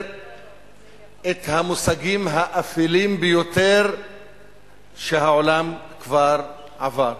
את המושגים האפלים ביותר שהעולם כבר עבר.